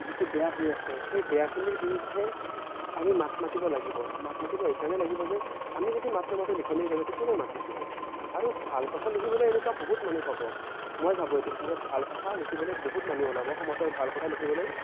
যিটো বেয়া হৈ আছে সেই বেয়াখিনিৰ বিৰুদ্ধে আমি মাত মাতিব লাগিব মাত মাতিব এইকাৰণে লাগিব যে আমি যদি মাত নামাতোঁ লিখনিৰ জৰিয়তে কোনে মাত মাতিব আৰু ভাল কথা লিখিবলৈ এনেকুৱা বহুত মানুহ পাব মই ভাবোঁ এইটো কথা যে ভাল কথা লিখিবলে বহুত মানুহ ওলাব সমাজৰ ভাল কথা লিখিবলৈ